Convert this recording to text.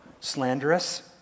slanderous